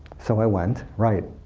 so i went. right?